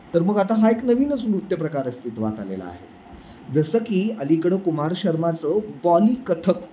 तर मग आता हा एक नवीनच नृत्य प्रकार अस्तित्वात आलेला आहे जसं की अलीकडं कुमार शर्माचं बॉली कथ्थक